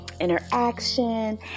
interaction